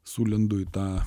sulendu į tą